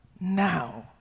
now